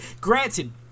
granted